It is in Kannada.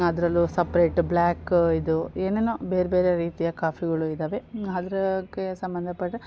ಅದರಲ್ಲೂ ಸಪ್ರೇಟ್ ಬ್ಲ್ಯಾಕ್ ಇದು ಏನೇನೋ ಬೇರೆ ಬೇರೆ ರೀತಿಯ ಕಾಫಿಗಳು ಇದ್ದಾವೆ ಅದ್ರಾಗೆ ಸಂಬಂಧಪಟ್ಟ